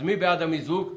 מי בעד המיזוג?